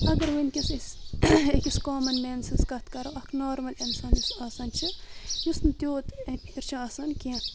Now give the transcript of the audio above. اگر ونٛکیٚس أسۍ أکس کامَن مین سٕنٛز کتھ کرو اکھ نارمل انسان یُس آسان چھُ یُس نہ تیوت ایٚویر چھُ آسان کیٚنٛہہ